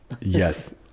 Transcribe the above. Yes